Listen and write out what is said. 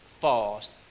fast